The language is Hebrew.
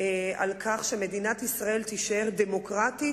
על כך שמדינת ישראל תישאר דמוקרטית,